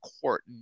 court